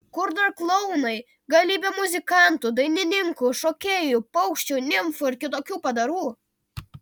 kur dar klounai galybė muzikantų dainininkų šokėjų paukščių nimfų ir kitokių padarų